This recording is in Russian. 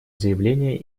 заявление